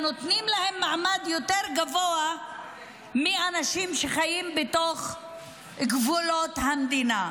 אלא נותנים להן מעמד יותר גבוה מאנשים שחיים בתוך גבולות המדינה,